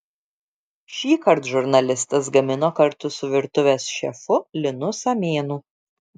šįkart žurnalistas gamino kartu su virtuvės šefu linu samėnu